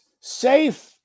safe